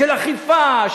של אכיפה,